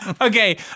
Okay